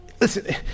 Listen